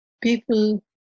people